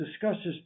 discusses